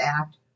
Act